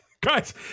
Guys